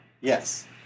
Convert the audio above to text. Yes